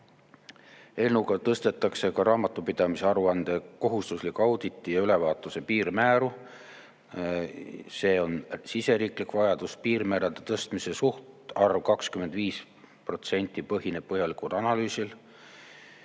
Eelnõuga tõstetakse ka raamatupidamisaruande kohustusliku auditi ja ülevaatuse piirmääru. See on siseriiklik vajadus. Piirmäärade tõstmise suhtarv 25% põhineb põhjalikul analüüsil.